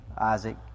Isaac